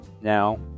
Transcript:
Now